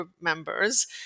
members